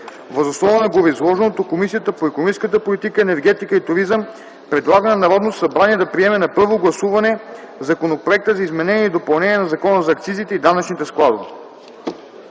Въз основа на гореизложеното Комисията по икономическата политика, енергетика и туризъм предлага на Народното събрание да приеме на първо гласуване Законопроекта за изменение и допълнение на Закона за акцизите и данъчните складове.”